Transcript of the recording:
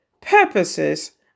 purposes